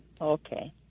Okay